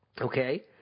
okay